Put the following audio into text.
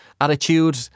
attitude